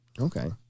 Okay